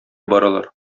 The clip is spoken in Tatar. баралар